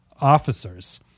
officers